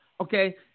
okay